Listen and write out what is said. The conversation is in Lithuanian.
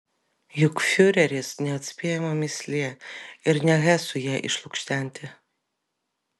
juk fiureris neatspėjama mįslė ir ne hesui ją išlukštenti